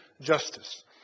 justice